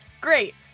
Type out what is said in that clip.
Great